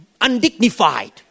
undignified